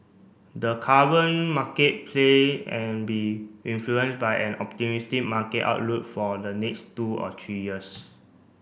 the current market play an be influenced by an optimistic market outlook for the next two or three years